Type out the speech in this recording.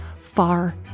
far